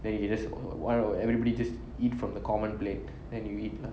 then you can just one or everybody just eat from the common plate then you eat lah